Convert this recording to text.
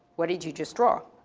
what did you just draw?